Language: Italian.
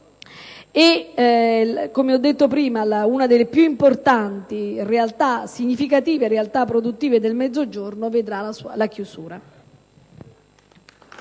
- come ho detto prima - una delle più importanti e significative realtà produttive del Mezzogiorno vedrà la chiusura.